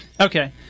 Okay